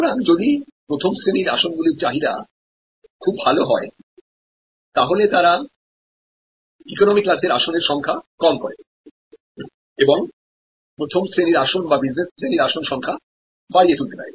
সুতরাং যদি প্রথম শ্রেণির আসনগুলির চাহিদা খুব ভাল হয় তাহলে তারাইকোনমিক ক্লাসের আসনের সংখ্যা কম করে এবং প্রথম শ্রেণির আসন বা বিজনেস শ্রেণির আসন সংখ্যা বাড়িয়ে তুলতে পারে